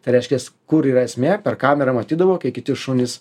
tai reiškias kur yra esmė per kamerą matydavo kaip kiti šunys